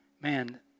man